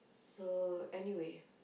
so anyway